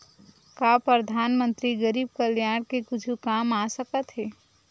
का परधानमंतरी गरीब कल्याण के कुछु काम आ सकत हे